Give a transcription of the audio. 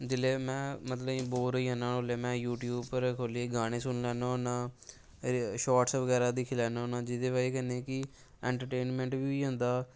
जिसलै में मतलव कि बोर होई जन्ना होन्नां में यूटयूब उप्पर खोलियै गाने सुनी लैन्ना होन्नां शाटस बगैरा दिक्खी लैन्ना होन्नां जेह्दे बज़ह कन्नै कि इंट्रटेनमैंट बी होई जंदा